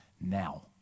now